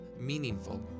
meaningful